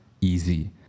easy